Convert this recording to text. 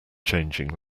changing